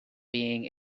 being